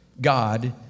God